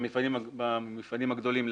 במפעלים הגדולים,